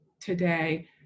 today